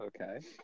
Okay